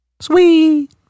Sweet